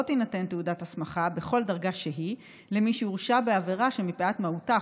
לא תינתן תעודת הסמכה בכל דרגה שהיא למי שהורשע בעבירה שמפאת מהותה,